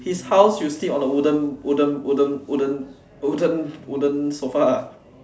his house you sleep on the wooden wooden wooden wooden wooden wooden sofa lah